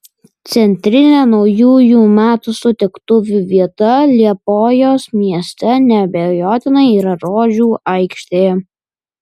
centrinė naujųjų metų sutiktuvių vieta liepojos mieste neabejotinai yra rožių aikštė